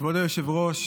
כבוד היושב-ראש,